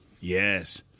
Yes